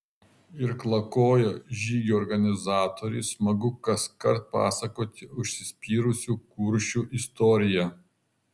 irklakojo žygių organizatoriui smagu kaskart pasakoti užsispyrusių kuršių istoriją